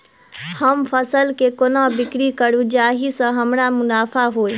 हम फसल केँ कोना बिक्री करू जाहि सँ हमरा मुनाफा होइ?